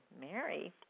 Mary